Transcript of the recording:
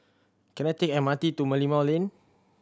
can I take M R T to Merlimau Lane